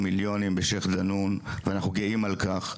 מיליונים בשייח' דנון ואנחנו גאים על כך.